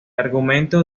argumento